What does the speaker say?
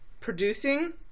producing